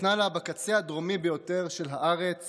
שכנה לה בקצה הדרומי ביותר של הארץ